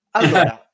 allora